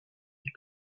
die